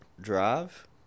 drive